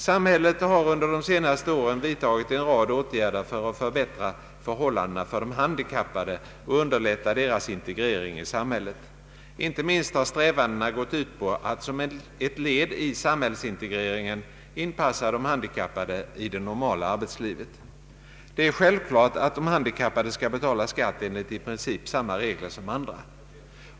Samhället har under de senaste åren vidtagit en rad åtgärder för att förbättra förhållandena för de handikappade och underlätta deras integrering i samhället. Inte minst har strävandena gått ut på att som ett led i samhällsintegreringen inpassa de handikappade i det normala arbetslivet. Det är självklart att de handikappade skall betala skatt enligt i princip samma regler som andra.